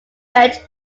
bench